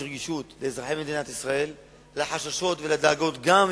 רגישות לחששות ולדאגות של אזרחי מדינת ישראל,